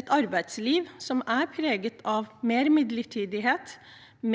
et arbeidsliv som er preget av mer midlertidighet,